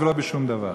ולא בשום דבר.